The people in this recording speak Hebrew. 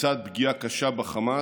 לצד פגיעה קשה בחמאס,